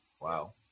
Wow